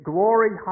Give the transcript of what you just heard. Glory